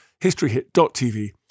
historyhit.tv